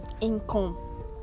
income